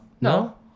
no